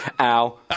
ow